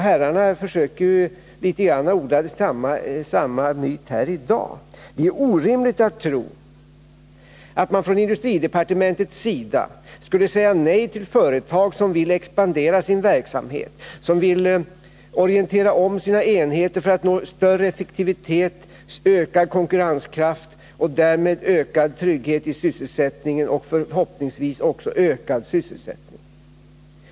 Herrarna försöker litet grand att odla samma myt här i dag! Det är orimligt att tro att man från industridepartementets sida skulle säga nej till företag som vill expandera sin verksamhet, som vill orientera om sina enheter för att nå större effektivitet, stärkt konkurrenskraft och därmed ökad trygghet i sysselsättningen och förhoppningsvis också ökad sysselsättning.